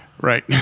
Right